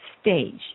stage